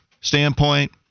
standpoint